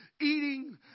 eating